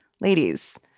Ladies